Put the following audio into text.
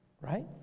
right